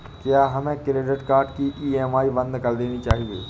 क्या हमें credit card की ई.एम.आई बंद कर देनी चाहिए?